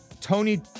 Tony-